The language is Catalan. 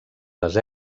les